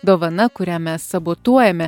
dovana kurią mes sabotuojame